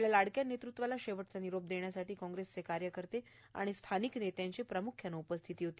आपल्या लाडक्या नेतृत्वाला शेवटचा निरोप देण्यासाठी कॉग्रेसचे कार्यकर्ते आणि नेत्यांची प्राम्ख्यानं उपस्थिती होती